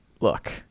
look